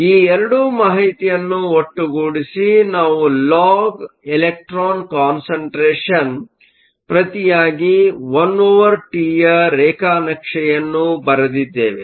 ಈ 2 ಮಾಹಿತಿಯನ್ನು ಒಟ್ಟುಗೂಡಿಸಿ ನಾವು ಲಾಗ್ ಎಲೆಕ್ಟ್ರಾನ್ ಕಾನ್ಸಂಟ್ರೇಷನ್ ಪ್ರತಿಯಾಗಿ 1 ಓವರ್ ಟಿ ಯ ರೇಖಾನಕ್ಷೆಯನ್ನು ಬರೆದಿದ್ದೇವೆ